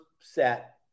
set